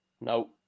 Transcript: No